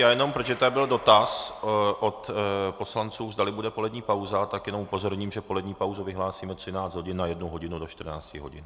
Já jenom, protože tady byl dotaz od poslanců, zdali bude polední pauza, tak jenom upozorním, že polední pauzu vyhlásím ve 13 hodin na jednu hodinu do 14 hodin.